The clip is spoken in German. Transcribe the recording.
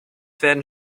werden